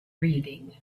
reading